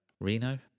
Reno